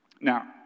Now